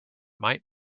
might